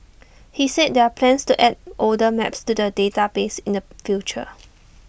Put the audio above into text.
he said there are plans to add older maps to the database in the future